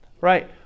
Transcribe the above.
right